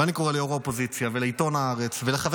ואני קורא לראש האופוזיציה ולעיתון הארץ ולחבר